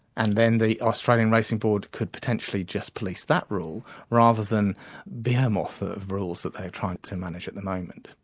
and then the australian racing board could potentially just police that rule rather than the behemoth of rules that they are trying to manage at the moment.